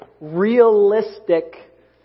realistic